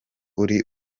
uri